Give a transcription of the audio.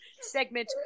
segment